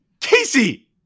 Casey